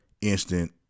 instant